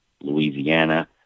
Louisiana